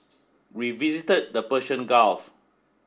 we visit the Persian Gulf